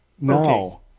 No